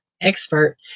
expert